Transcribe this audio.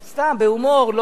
סתם, בהומור.